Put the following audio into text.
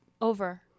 Over